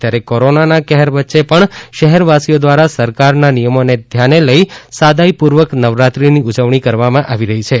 ત્યારે કોરોના કહેર વચ્ચે પણ શહેરવાસીઓ દ્વારા સરકારના નિયમોને ધ્યાને લઈ સાદાઈ પૂર્વક નવરાત્રિ ની ઉજવણી કરવામાં આવી રહી છે